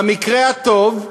במקרה הטוב,